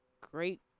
great